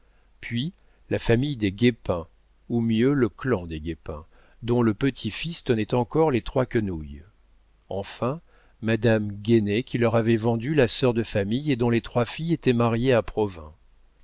puis la famille des guépin ou mieux le clan des guépin dont le petit-fils tenait encore les trois quenouilles enfin madame guénée qui leur avait vendu la sœur de famille et dont les trois filles étaient mariées à